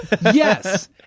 Yes